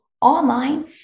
online